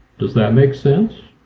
does that make sense?